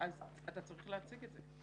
אז אתה צריך להציג את זה.